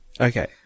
Okay